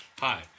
hi